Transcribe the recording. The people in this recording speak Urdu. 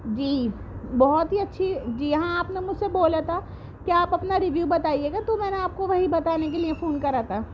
جی بہت ہی اچھی جی ہاں آپ نے مجھ سے بولا تھا کہ آپ اپنا ریویو بتایئے گا تو میں نے آپ کو وہی بتانے کے لئے فون کرا تھا